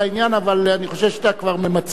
אבל אני חושב שאתה כבר ממצה את דבריך.